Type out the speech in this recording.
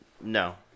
No